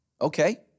okay